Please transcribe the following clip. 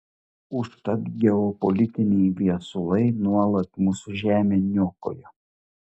užtat geopolitiniai viesulai nuolat mūsų žemę niokojo